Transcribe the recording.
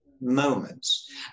moments